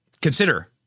consider